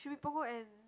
should be Punggol end